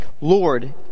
Lord